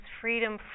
freedom